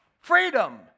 Freedom